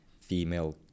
female